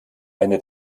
eine